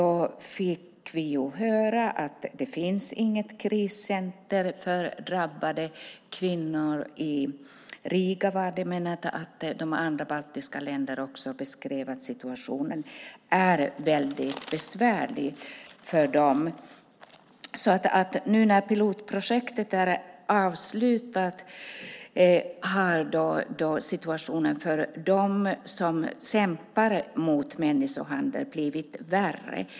Vi fick höra att det inte finns något kriscenter för drabbade kvinnor i Riga. De andra baltiska länderna beskrev också att situationen är väldigt besvärlig för dem. Nu när pilotprojektet är avslutat har situationen för dem som kämpar mot människohandel blivit värre.